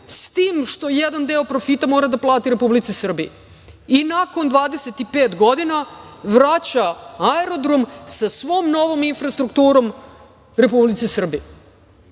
s tim što jedan deo profita mora da plati Republici Srbiji i nakon 25 godina vraća aerodrom sa svom novom infrastrukturom Republici Srbiji.